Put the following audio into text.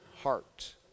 heart